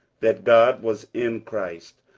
that god was in christ,